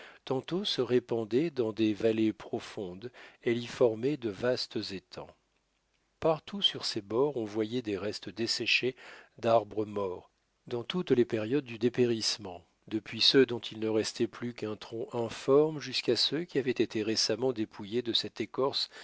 tantôt se répandant dans des vallées profondes elle y formait de vastes étangs partout sur ses bords on voyait des restes desséchés d'arbres morts dans tous les périodes du dépérissement depuis ceux dont il ne restait plus qu'un tronc informe jusqu'à ceux qui avaient été récemment dépouillés de cette écorce